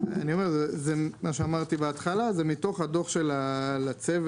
זה מה שאמרתי בהתחלה, זה מתוך הדו"ח של הצוות,